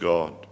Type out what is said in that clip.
God